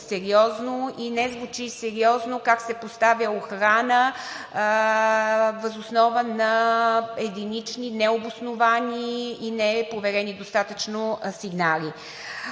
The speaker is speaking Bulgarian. сериозно и не звучи сериозно как се поставя охрана въз основа на единични, необосновани и непроверени достатъчно сигнали.